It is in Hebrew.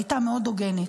הייתה מאוד הוגנת.